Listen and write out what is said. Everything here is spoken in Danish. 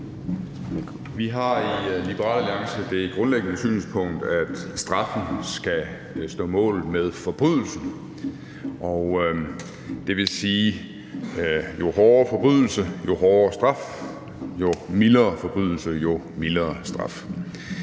Vi har i Liberal Alliance det grundlæggende synspunkt, at straffen skal stå mål med forbrydelsen, dvs. jo hårdere forbrydelse, jo hårdere straf, og jo mildere forbrydelse, jo mildere straf.